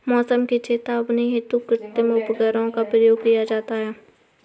मौसम की चेतावनी हेतु कृत्रिम उपग्रहों का प्रयोग किया जाता है